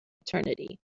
eternity